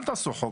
אל תחוקקו חוק,